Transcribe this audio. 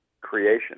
creation